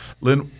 lynn